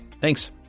Thanks